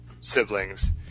siblings